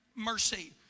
mercy